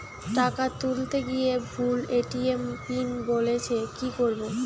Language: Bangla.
টাকা তুলতে গিয়ে ভুল এ.টি.এম পিন বলছে কি করবো?